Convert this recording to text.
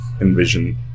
envision